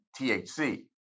THC